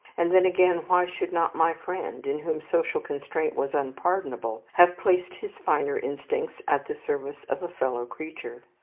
and then, again, why should not my friend, in whom social constraint was unpardonable, have placed his finer instincts at the service of a fellow creature?